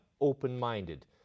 open-minded